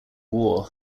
war